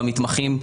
במתמחים,